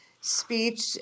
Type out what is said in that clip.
speech